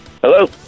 Hello